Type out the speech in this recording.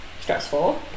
stressful